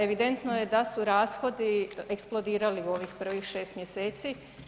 Evidentno je da su rashodi eksplodirali u ovih prvih 6. mjeseci.